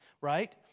Right